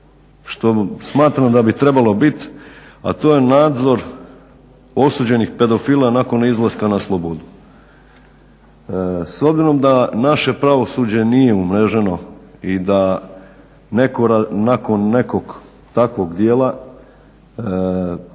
što smatram da bi trebalo biti a to je nadzor osuđenih pedofila nakon izlaska na slobodu. S obzirom da naše pravosuđe nije umreženo i da netko nakon nekog takvog djela